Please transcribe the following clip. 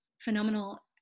phenomenal